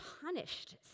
punished